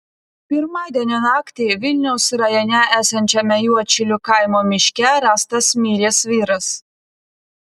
pirmadienio naktį vilniaus rajone esančiame juodšilių kaimo miške rastas miręs vyras